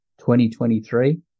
2023